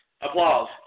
Applause